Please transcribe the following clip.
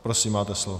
Prosím, máte slovo.